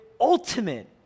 ultimate